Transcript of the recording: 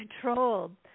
controlled